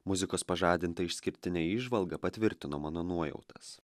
muzikos pažadinta išskirtinė įžvalga patvirtino mano nuojautas